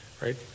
Right